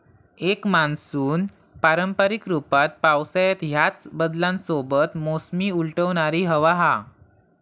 एक मान्सून पारंपारिक रूपात पावसाळ्यात ह्याच बदलांसोबत मोसमी उलटवणारी हवा हा